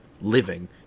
living